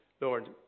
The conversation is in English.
Lord